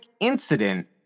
incident